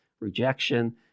rejection